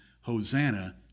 Hosanna